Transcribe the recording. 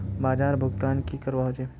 बाजार भुगतान की करवा होचे?